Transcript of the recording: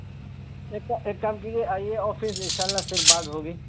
ایک کا ایک کام کییے آئیے آفس انشاء اللہ پھر بات ہوگی